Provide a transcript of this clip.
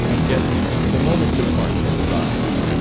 yet the moment to part has arrived,